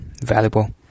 valuable